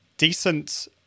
decent